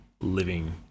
living